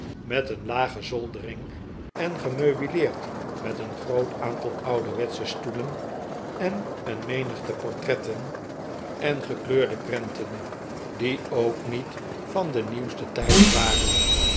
met een lage zoldering en gemeubileerd met een groot aantal ouderwetsche stoelen en een menigte portretten en getupman zijn mes en vork neer en kwam hen